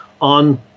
on